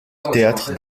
théâtre